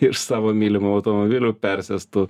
iš savo mylimų automobilių persėstų